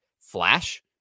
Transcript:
flash